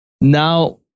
Now